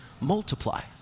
multiply